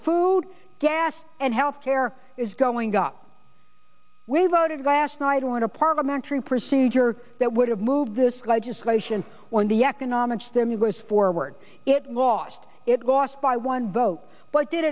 food gas and health care is going up way voted last night on a parliamentary procedure that would have moved this legislation on the economic stimulus forward it lost it lost by one vote but did